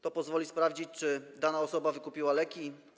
To pozwoli sprawdzić, czy dana osoba wykupiła leki.